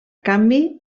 canvi